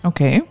Okay